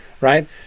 right